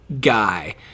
guy